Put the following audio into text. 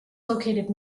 located